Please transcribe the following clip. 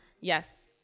yes